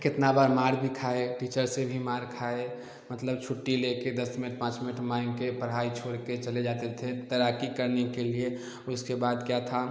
कितना बार मार भी खाए टीचर से भी मार खाए मतलब छुट्टी ले कर दस मिनट पाँच मिनट मांग कर पढ़ाई छोड़ कर चले जाते थे तैराकी करने के लिए उसके बाद क्या था